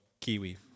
Kiwi